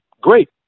great